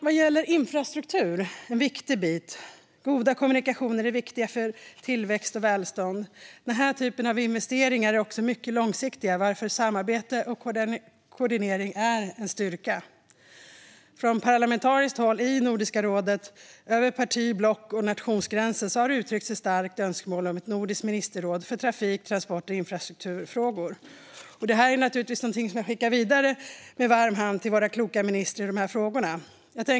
Vad gäller infrastruktur är goda kommunikationer viktiga för tillväxt och välstånd. Den typen av investeringar är också mycket långsiktiga, varför samarbete och koordinering är en styrka. Från parlamentariskt håll i Nordiska rådet har det över parti, block och nationsgränser uttryckts ett starkt önskemål om ett nordiskt ministerråd för trafik, transport och infrastrukturfrågor. Detta är något som jag med varm hand skickar vidare till våra kloka ministrar för dessa frågor.